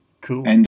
Cool